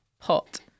pot